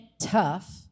tough